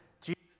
Jesus